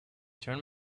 turn